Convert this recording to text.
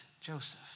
Joseph